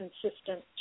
consistent